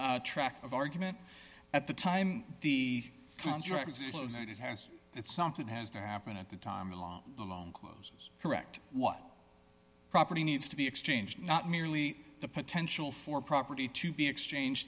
track of argument at the time the contract that it has it's something has to happen at the time along along close correct what property needs to be exchanged not merely the potential for property to be exchange